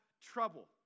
trouble